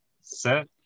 set